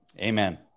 Amen